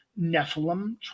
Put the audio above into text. Nephilim